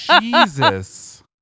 Jesus